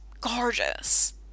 gorgeous